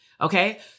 Okay